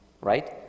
right